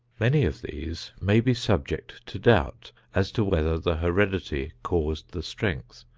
many of these may be subject to doubt as to whether the heredity caused the strength,